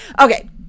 Okay